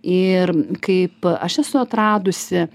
ir kaip aš esu atradusi